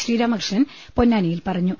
ശ്രീരാമകൃഷ്ണൻ പൊന്നാനിയിൽ പറഞ്ഞു